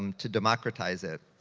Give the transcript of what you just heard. um to democratize it.